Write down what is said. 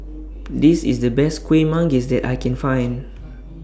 This IS The Best Kueh Manggis that I Can Find